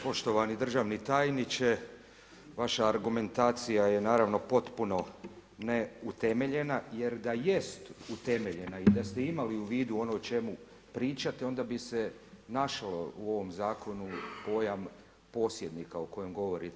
Poštovani državni tajniče, vaša argumentacija je naravno potpuno neutemeljena jer da jest utemeljena i da ste imali u vidu ono o čemu pričate, onda bi se našao u ovom zakonu pojam „posjednika“ o kojem govorite.